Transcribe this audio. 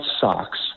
socks